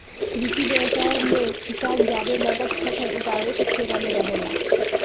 कृषि व्यवसाय मे किसान जादे नगद फसल उगावे के फेरा में रहेला